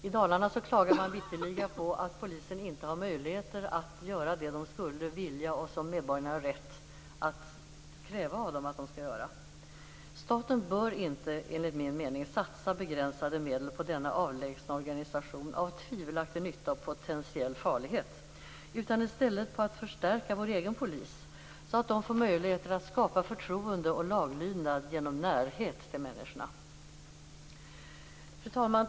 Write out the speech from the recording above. I Dalarna klagar man på att polisen inte har möjlighet att göra det som den skulle vilja göra och det som medborgarna har rätt att kräva av den att göra. Staten bör, enligt min mening, inte satsa begränsade medel på denna avlägsna organisation av tvivelaktig nytta och potentiell farlighet utan i stället förstärka vår egen polis, så att den får möjlighet att skapa förtroende och laglydnad genom närhet till människorna. Fru talman!